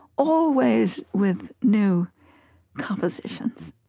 always with new compositions.